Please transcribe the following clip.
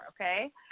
okay